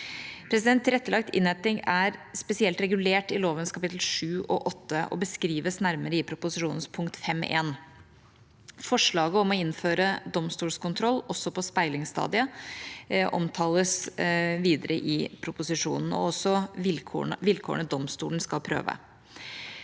Tilrettelagt innhenting er spesielt regulert i lovens kapittel 7 og 8 og beskrives nærmere i proposisjonens punkt 5.1. Forslaget om å innføre domstolskontroll også på speilingsstadiet omtales videre i proposisjonen, og også vilkårene domstolen skal prøve.